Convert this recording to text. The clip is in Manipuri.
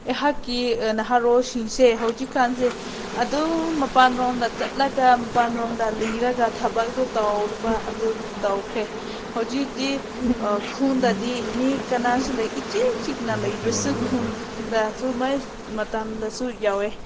ꯑꯩꯍꯥꯛꯀꯤ ꯅꯍꯥꯔꯣꯜꯁꯤꯡꯁꯦ ꯍꯧꯖꯤꯛꯀꯥꯟꯁꯦ ꯑꯗꯨꯝ ꯃꯄꯥꯜꯂꯣꯝꯗ ꯆꯠꯂꯒ ꯃꯄꯥꯟꯂꯣꯝꯗ ꯂꯩꯔꯒ ꯊꯕꯛꯇꯨ ꯇꯧꯕ ꯑꯗꯨ ꯇꯧꯈ꯭ꯔꯦ ꯍꯧꯖꯤꯛꯇꯤ ꯈꯨꯟꯗꯗꯤ ꯃꯤ ꯀꯅꯥꯁꯨ ꯂꯩꯇꯦ ꯏꯆꯤꯛ ꯆꯤꯛꯅ ꯂꯩꯕꯁꯨ ꯈꯨꯟꯗ ꯁꯨꯃꯥꯏꯅ ꯃꯇꯝꯗꯁꯨ ꯌꯥꯎꯋꯦ